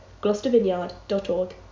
gloucestervineyard.org